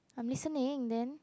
I'm listening then